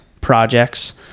projects